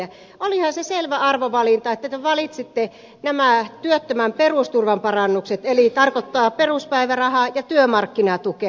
olihan se selvä arvovalinta että te valitsitte nämä työttömän perusturvan parannukset mikä tarkoittaa peruspäivärahaa ja työmarkkinatukea